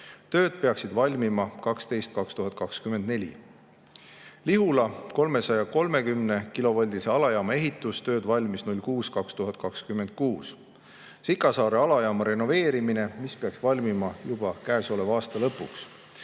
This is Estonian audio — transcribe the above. tööd peaksid valmima 12.2024. Lihula 330-kilovoldise alajaama ehitustööd valmis 06.2026. Sikassaare alajaama renoveerimine peaks valmima juba käesoleva aasta lõpuks.